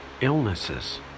illnesses